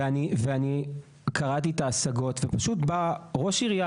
ואני קראתי את ההשגות ופשוט בא ראש עירייה,